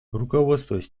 руководствуясь